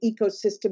ecosystem